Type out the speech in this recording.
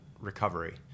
recovery